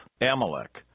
Amalek